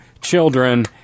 children